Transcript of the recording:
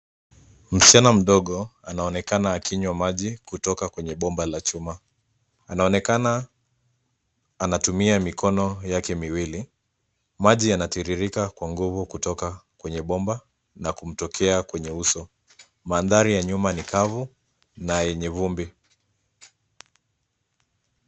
Msichana mdogo anonekana akinywa maji kutoka kwenye bomba la chuma. Anaonekana anatumia mikono yake miwili. Maji yanatiririka kwa nguvu kutoka kwenye bomba na kumtokea kwenye uso. Mandhari ya nyuma ni kavu na yenye vumbi.